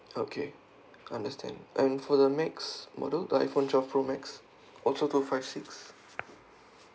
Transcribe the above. okay understand and for the max model iphone twelve pro max also two five six